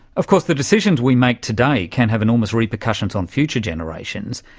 of course the decisions we make today can have enormous repercussions on future generations,